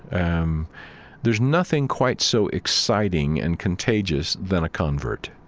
and um there's nothing quite so exciting and contagious than a convert.